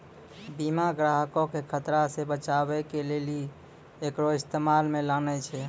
बीमा ग्राहको के खतरा से बचाबै के लेली एकरो इस्तेमाल मे लानै छै